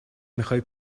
میخای